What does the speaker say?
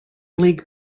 league